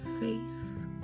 face